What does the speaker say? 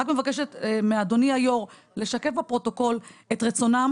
רק מבקשת מאדוני היו"ר לשקף בפרוטוקול את רצונם